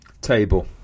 Table